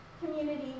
community